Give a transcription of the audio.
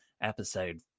episode